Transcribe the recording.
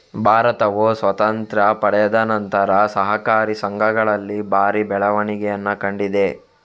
ಭಾರತವು ಸ್ವಾತಂತ್ರ್ಯ ಪಡೆದ ನಂತರ ಸಹಕಾರಿ ಸಂಘಗಳಲ್ಲಿ ಭಾರಿ ಬೆಳವಣಿಗೆಯನ್ನ ಕಂಡಿದೆ